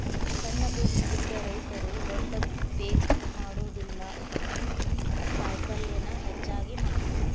ಸಣ್ಣ ಭೂಮಿ ಇದ್ದ ರೈತರು ದೊಡ್ಡ ಪೇಕ್ ಮಾಡುದಿಲ್ಲಾ ಕಾಯಪಲ್ಲೇನ ಹೆಚ್ಚಾಗಿ ಮಾಡತಾರ